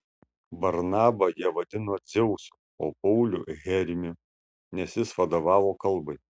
barnabą jie vadino dzeusu o paulių hermiu nes jis vadovavo kalbai